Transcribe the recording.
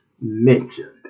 mentioned